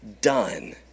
done